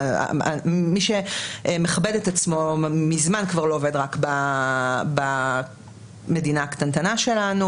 מי שמכבד את עצמו מזמן כבר לא עובד רק במדינה הקטנה שלנו.